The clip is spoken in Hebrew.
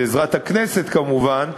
בעזרת הכנסת כמובן,